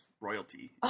Royalty